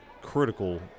critical